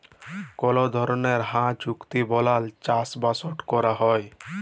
call ধরলের হাঁ চুক্তি বালায় চাষবাসট ক্যরা হ্যয়